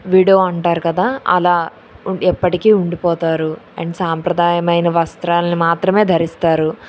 widow అంటారు కదా అలా ఉం ఎప్పటికీ ఉండిపోతారు అండ్ సాంప్రదాయమైన వస్త్రాలని మాత్రమే ధరిస్తారు